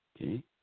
Okay